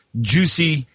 juicy